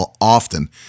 often